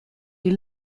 die